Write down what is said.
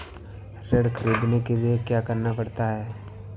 ऋण ख़रीदने के लिए क्या करना पड़ता है?